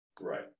Right